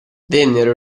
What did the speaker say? vennero